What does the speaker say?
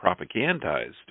propagandized